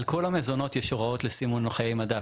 על כל המזונות יש הוראות לסימון חיי מדף.